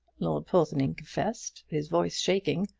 lord porthoning confessed, his voice shaking.